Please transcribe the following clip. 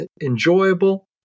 enjoyable